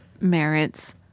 merits